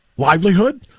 Livelihood